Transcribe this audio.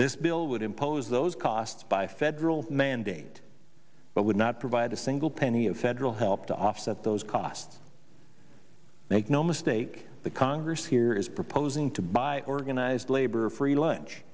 this bill would impose those costs by federal mandate but would not provide a single penny of federal help to offset those costs make no mistake the congress here is proposing to buy organized labor a free lunch